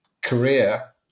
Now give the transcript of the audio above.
career